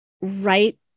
right